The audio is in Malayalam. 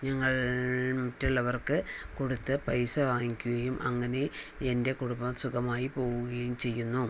ഞങ്ങൾ മറ്റുള്ളവർക്ക് കൊടുത്ത് പൈസ വാങ്ങിക്കുകയും അങ്ങനെ എൻ്റെ കുടുംബം സുഖമായി പോവുകയും ചെയ്യുന്നു